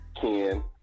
Ken